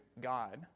God